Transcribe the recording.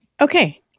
Okay